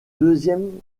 deuxième